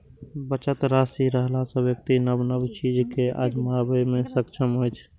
बचत राशि रहला सं व्यक्ति नव नव चीज कें आजमाबै मे सक्षम होइ छै